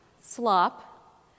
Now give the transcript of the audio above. slop